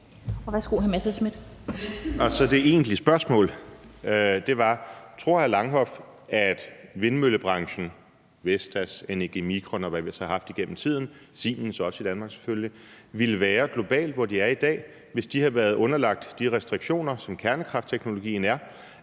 (DF): Det egentlige spørgsmål var: Tror hr. Rasmus Horn Langhoff, at vindmøllebranchen – Vestas, NEG Micon, Siemens, og hvad vi ellers har haft igennem tiden – ville være globalt, hvor de er i dag, hvis de havde være underlagt de restriktioner, som kernekraftteknologien er,